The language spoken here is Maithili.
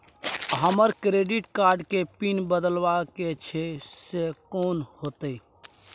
हमरा डेबिट कार्ड के पिन बदलवा के छै से कोन होतै?